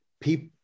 people